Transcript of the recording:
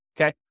Okay